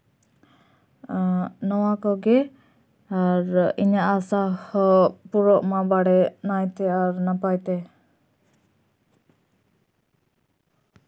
ᱮᱸᱜ ᱱᱚᱣᱟ ᱠᱚᱜᱮ ᱟᱨ ᱤᱧᱟᱹᱜ ᱟᱥᱟ ᱦᱚᱸ ᱯᱩᱨᱩᱱᱚᱜ ᱢᱟ ᱵᱟᱲᱮ ᱱᱟᱭᱛᱮ ᱱᱟᱯᱟᱭ ᱛᱮ